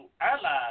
allies